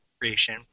creation